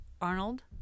Arnold